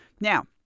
Now